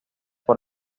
por